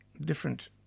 different